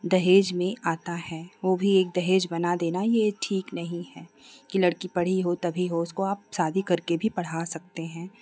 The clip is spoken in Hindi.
दहेज में आता है वह भी एक दहेज बना देना ही यह ठीक नहीं है कि लड़की पढ़ी हो तभी हो उसको आप शादी करके भी पढ़ा सकते हैं